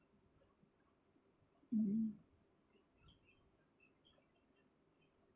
mm